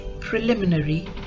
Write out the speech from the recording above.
preliminary